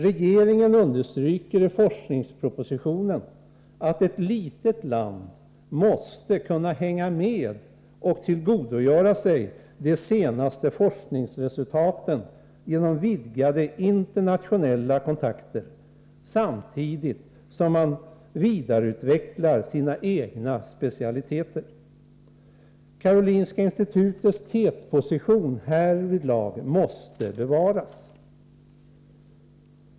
Regeringen understryker i forskningspropositionen att ett litet land måste kunna hänga med och tillgodogöra sig de senaste forskningsresultaten genom vidgade internationella kontakter samtidigt som man vidareutvecklar sina egna specialiteter. Karolinska institutets tätposition härvidlag måste bevaras.